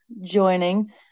joining